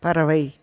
பறவை